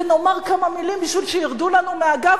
ונאמר כמה מלים בשביל שירדו לנו מהגב,